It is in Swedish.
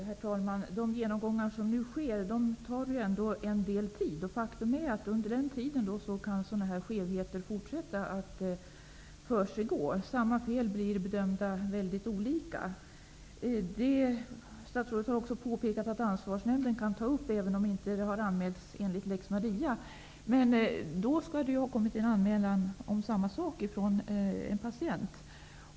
Herr talman! De genomgångar som nu sker tar ju en del tid, och under den tiden kan sådana här skevheter fortsätta, samma typ av fel kan bli bedömda väldigt olika. Statsrådet har också påpekat att Ansvarsnämnden kan ta upp ärenden, även om de inte är anmälda enligt lex Maria. Men det förutsätter ju att en anmälan har inkommit från en patient.